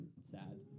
sad